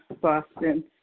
Boston